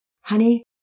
Honey